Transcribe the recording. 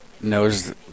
knows